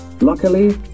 Luckily